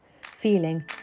feeling